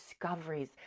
discoveries